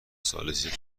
ثالثی